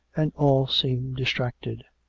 and all seemed distracted.